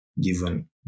given